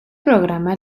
programa